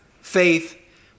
faith